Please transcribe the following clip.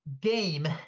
game